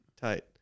tight